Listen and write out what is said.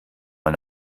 mal